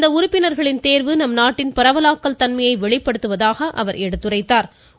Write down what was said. இந்த உறுப்பினர்களின் தேர்வு நம் நாட்டின் பரவலாக்கல் தன்மையை வெளிப்படுத்துவதாக எடுத்துரைத்தாா்